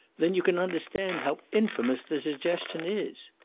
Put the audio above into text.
then you can understand how infamous the suggestion is.